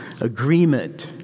agreement